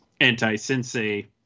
anti-sensei